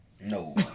No